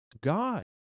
God